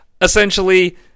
essentially